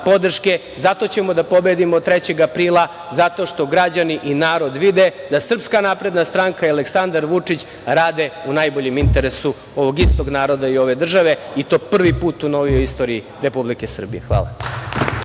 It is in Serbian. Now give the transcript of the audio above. Zato ćemo da pobedimo 3. aprila, zato što građani i narod vide da SNS i Aleksandar Vučić rade u najboljem interesu ovog istog naroda i ove države, i to prvi put u novijoj istoriji Republike Srbije. Hvala.